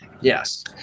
Yes